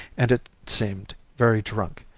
and, it seemed, very drunk,